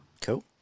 Cool